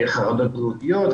חרדות בריאותיות,